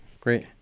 great